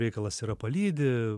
reikalas yra palydi